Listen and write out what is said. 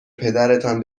پدرتان